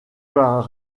par